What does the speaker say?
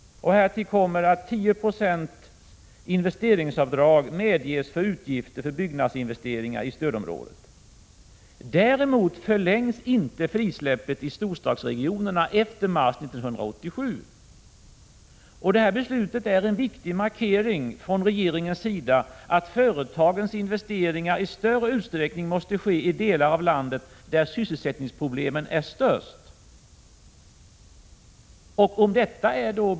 Härtill kommer att 10 26 investeringsavdrag medges för utgifter för byggnadsinvesteringar i stödområdena. Däremot förlängs inte frisläppet i storstadsregionerna efter mars 1987. Detta beslut är en viktig markering från regeringens sida av att företagens investeringar i större utsträckning måste ske i de delar av landet där sysselsättningsproblemen är störst.